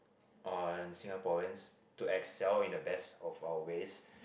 on Singaporeans to excel in the best of our ways